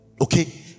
Okay